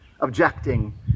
objecting